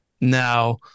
now